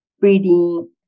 breeding